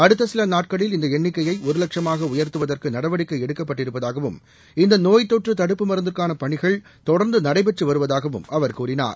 அடுத்த சில நாட்களில் இந்த எண்ணிக்கையை ஒரு லட்சமாக உயர்த்துவதற்கு நடவடிக்கை எடுக்கப்பட்டிருப்பதாகவும் இந்த நோய் தொற்று தடுப்பு மருந்துக்கான பணிகள் தொடர்ந்து நடைபெற்று வருவதாகவும் அவர் கூறினார்